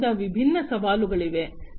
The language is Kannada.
ಆದ್ದರಿಂದ ವಿಭಿನ್ನ ಸವಾಲುಗಳಿವೆ